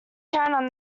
karen